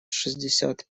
шестьдесят